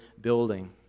building